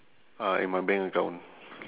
uh in my bank account